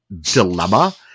dilemma